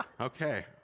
okay